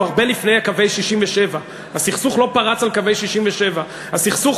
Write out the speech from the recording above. הוא הרבה לפני קווי 67'. הסכסוך לא פרץ על קווי 67'. הסכסוך